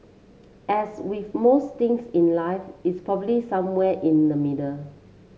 as with most things in life it's probably somewhere in the middle